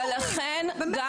אבל לכן גם